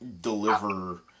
deliver